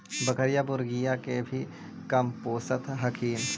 बकरीया, मुर्गीया के भी कमपोसत हखिन?